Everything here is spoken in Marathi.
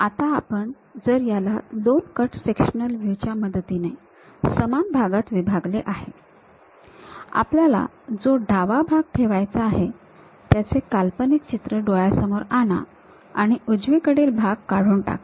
तर आता आपण जर याला दोन कट सेक्शनल व्ह्यू च्या मदतीने समान भागात विभागले आहे आपल्याला जो डावा भाग ठेवायचा आहे त्याचे काल्पनिक चित्र डोळ्यासमोर आणा आणि उजवीकडील भाग काढून टाका